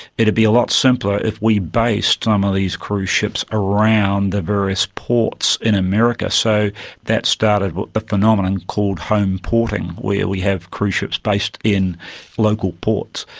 it would be a lot simpler if we based some of these cruise ships around the various ports in america. so that started but the phenomenon called home porting, where we have cruise ships based in local ports.